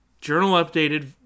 journal-updated